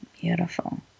Beautiful